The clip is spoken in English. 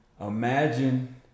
imagine